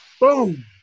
boom